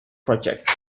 project